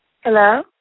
Hello